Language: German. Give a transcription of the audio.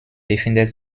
befindet